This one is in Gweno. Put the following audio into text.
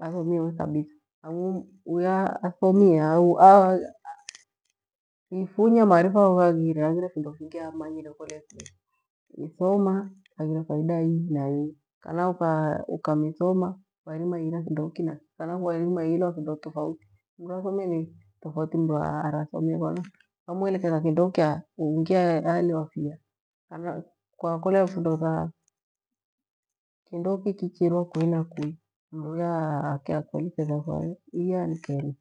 athomiewe kabitha angu, uya athomie a aifunya maarifa gho aghire findo fingi, amanyire kole ni ithoma haghire faida hii na ii kana ukamithoma kuahirima ilu kindo kiina iki kana kwairima ihira findo tofauti. Mru athomie ni tofauti na mru mrathomie, ukamueleketha kindo kiungi aelewa fifa kwakolea findo, tha kindo kii kichihinwa kui na kui, mru uya athomie ihaa ni keni kana findo fi ukahira kui kuakinda iho ni keni.